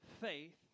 faith